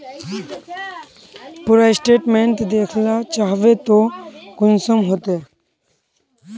पूरा स्टेटमेंट देखला चाहबे तो कुंसम होते?